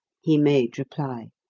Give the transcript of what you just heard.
he made reply.